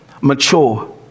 mature